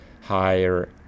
higher